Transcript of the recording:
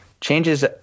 changes